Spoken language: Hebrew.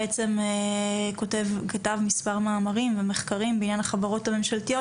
שכתב מספר מחקרים ומאמרים בעניין החברות הממשלתיות.